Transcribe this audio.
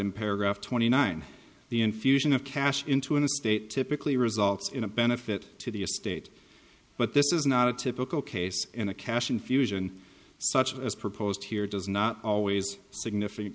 in paragraph twenty nine the infusion of cash into an estate typically results in a benefit to the estate but this is not a typical case in a cash infusion such as proposed here does not always significant